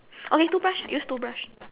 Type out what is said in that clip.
okay toothbrush use toothbrush